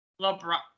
LeBron